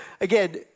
again